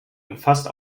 umfasst